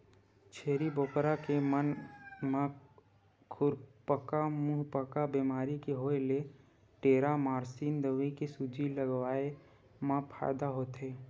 छेरी बोकरा के म खुरपका मुंहपका बेमारी के होय ले टेरामारसिन दवई के सूजी लगवाए मा फायदा होथे